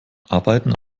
arbeiten